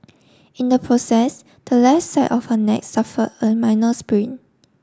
in the process the left side of her neck suffer a minor sprain